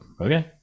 Okay